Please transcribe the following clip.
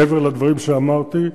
מעבר לדברים שאמרתי,